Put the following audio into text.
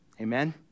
Amen